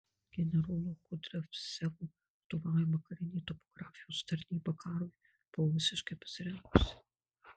generolo kudriavcevo vadovaujama karinė topografijos tarnyba karui buvo visiškai pasirengusi